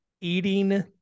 eating